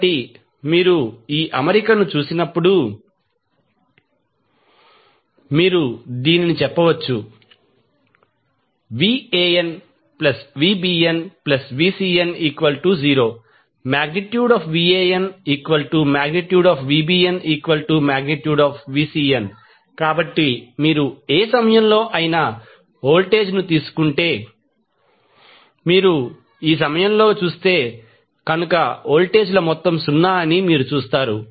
కాబట్టి ఇప్పుడు మీరు ఈ అమరికను చూసినప్పుడు మీరు దీనిని చెప్పవచ్చు VanVbnVcn0 VanVbnVcn కాబట్టి మీరు ఏ సమయంలోనైనా వోల్టేజ్ తీసుకుంటే మీరు ఈ సమయంలో చూస్తే కనుక వోల్టేజ్ ల మొత్తం 0 అని మీరు చూస్తారు